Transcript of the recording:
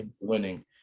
winning